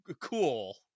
cool